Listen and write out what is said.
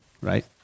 right